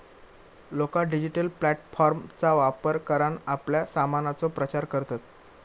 लोका डिजिटल प्लॅटफॉर्मचा वापर करान आपल्या सामानाचो प्रचार करतत